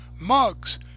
mugs